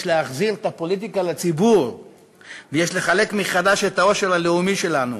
יש להחזיר את הפוליטיקה לציבור ויש לחלק מחדש את העושר הלאומי שלנו.